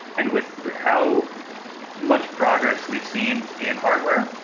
and with how much progress we've seen in hardware,